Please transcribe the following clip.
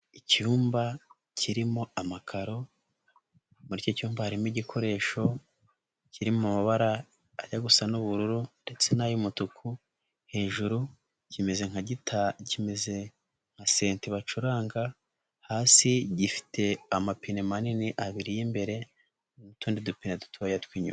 Icyumba kirimo amakaro, muri icyo cyumba harimo igikoresho kiri mu mabara ajya gusa n'ubururu ndetse n'ay'umutuku. Hejuru kimeze nka senti bacuranga, hasi gifite amapine manini, abiri y'imbere n'utundi dupine dutoya tw'inyuma.